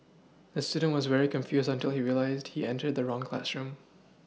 the student was very confused until he realised he entered the wrong classroom